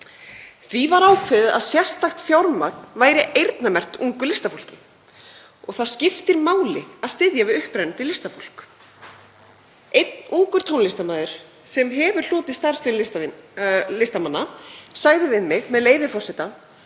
Því var ákveðið að sérstakt fjármagn væri eyrnamerkt ungu listafólki og það skiptir máli að styðja við upprennandi listafólk. Einn ungur tónlistarmaður sem hefur hlotið starfslaun listamanna sagði við mig, með leyfi forseta: